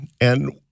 And-